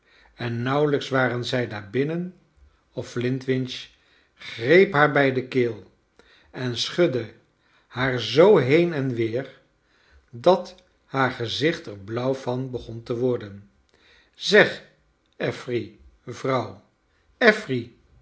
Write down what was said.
en nauwelijks waren zij daar binnen of flintwinch gr eep haar bij de keel en s chu dde haar zoo heen en weer dat haar gezicht er blauw van begon te worden zeg affery vrouw affery